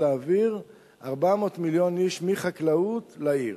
להעביר 400 מיליון איש מחקלאות לעיר,